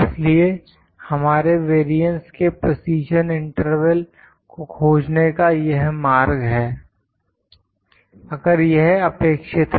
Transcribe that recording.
इसलिए हमारे वेरियंस के प्रेसीजन इंटरवल को खोजने का यह मार्ग है अगर यह अपेक्षित है